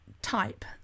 type